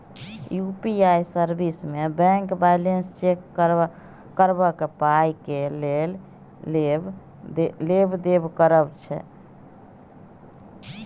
UPI service मे bank balance check करब आ पाइ केर लेब देब करब छै